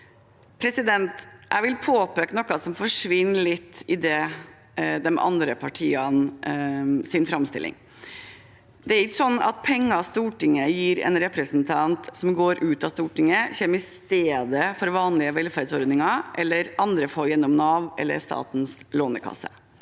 Jeg vil påpeke noe som forsvinner litt i de andre partienes framstilling. Det er ikke sånn at pengene Stortinget gir en representant som går ut av Stortinget, kommer i stedet for vanlige velferdsordninger som andre får gjennom Nav eller Statens lånekasse